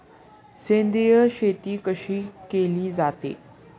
सेंद्रिय शेती कशी केली जाते?